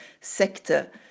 sector